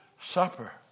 Supper